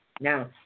Now